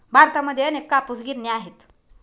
भारतामध्ये अनेक कापूस गिरण्या आहेत